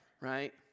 right